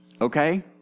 Okay